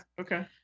okay